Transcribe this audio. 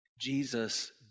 Jesus